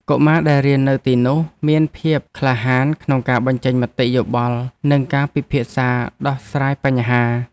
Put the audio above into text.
កុមារដែលរៀននៅទីនោះមានភាពក្លាហានក្នុងការបញ្ចេញមតិយោបល់និងការពិភាក្សាដោះស្រាយបញ្ហា។